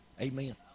Amen